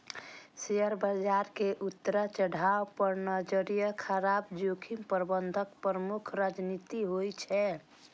share बाजार के उतार चढ़ाव पर नजरि राखब जोखिम प्रबंधनक प्रमुख रणनीति होइ छै